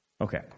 Okay